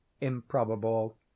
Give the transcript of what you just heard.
improbable